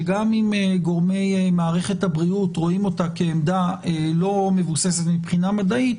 שגם אם גורמי מערכת הבריאות רואים אותה כעמדה לא מבוססת מבחינה מדעית,